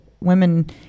Women